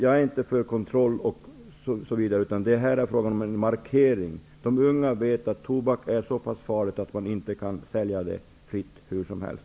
Jag är inte för kontroll. Här är det fråga om en markering. De unga vet att tobak är så pass farlig att man inte kan sälja den fritt hur som helst.